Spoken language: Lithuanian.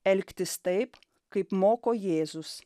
elgtis taip kaip moko jėzus